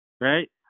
right